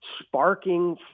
sparking